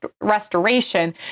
restoration